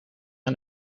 aan